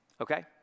Okay